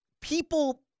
people